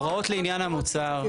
הוראות לעניין המוצר.